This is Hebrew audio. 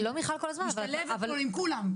אני משתלבת פה עם כולם.